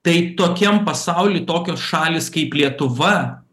tai tokiam pasauly tokios šalys kaip lietuva